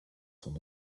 sont